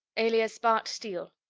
alias bart steele,